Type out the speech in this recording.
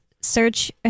search